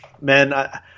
Man